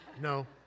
no